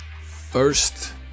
first